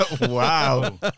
Wow